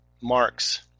Mark's